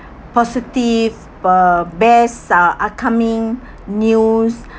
positive for best uh are coming news